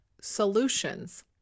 solutions